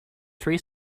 three